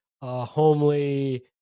homely